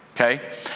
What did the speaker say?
okay